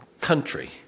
country